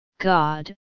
God